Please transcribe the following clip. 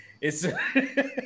It's-